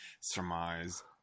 surmise